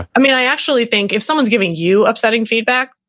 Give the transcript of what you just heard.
i mean, i actually think if someone's giving you upsetting feedback,